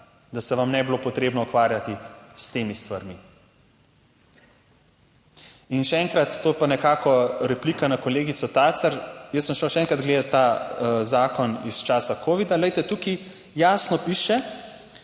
da se vam ne bi bilo potrebno ukvarjati s temi stvarmi. In še enkrat, to je pa nekako replika na kolegico Tacer, jaz sem šel še enkrat gledati ta zakon iz časa covida, glejte, tukaj jasno piše,